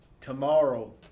tomorrow